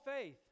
faith